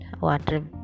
water